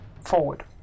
forward